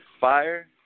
fire